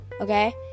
Okay